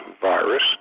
virus